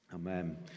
Amen